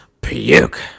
puke